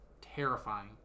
terrifying